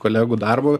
kolegų darbo